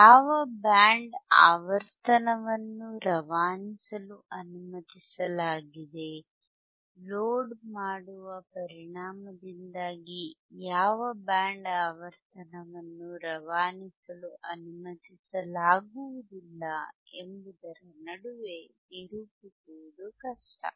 ಯಾವ ಬ್ಯಾಂಡ್ ಆವರ್ತನವನ್ನು ರವಾನಿಸಲು ಅನುಮತಿಸಲಾಗಿದೆ ಲೋಡ್ ಮಾಡುವ ಪರಿಣಾಮದಿಂದಾಗಿ ಯಾವ ಬ್ಯಾಂಡ್ ಆವರ್ತನವನ್ನು ರವಾನಿಸಲು ಅನುಮತಿಸಲಾಗುವುದಿಲ್ಲ ಎಂಬುದರ ನಡುವೆ ನಿರೂಪಿಸುವುದು ಕಷ್ಟ